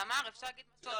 תמר, אפשר להגיד משהו על